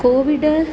COVID